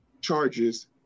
charges